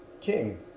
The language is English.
king